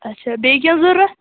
اچھا بیٚیہِ کیٚنٛہہ ضروٗرت